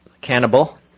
Cannibal